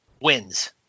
wins